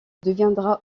deviendra